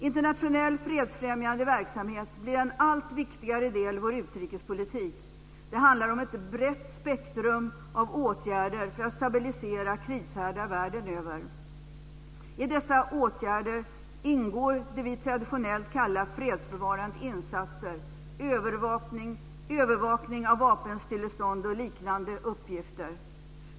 Internationell fredsfrämjande verksamhet blir en allt viktigare del i vår utrikespolitik. Det handlar om ett brett spektrum av åtgärder för att stabilisera krishärdar världen över. I dessa åtgärder ingår det vi traditionellt kallar fredsbevarande insatser - övervakning av vapenstillestånd och liknande uppgifter.